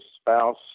spouse